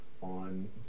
on